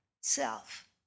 self